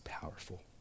powerful